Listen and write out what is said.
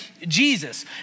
Jesus